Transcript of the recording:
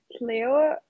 Leo